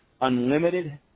unlimited